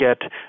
get